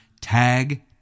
tag